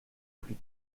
plus